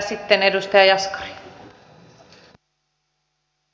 arvoisa rouva puhemies